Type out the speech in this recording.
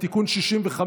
מסירים את כל ההתנגדויות,